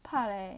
怕嘞